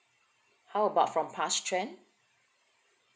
how about from past trend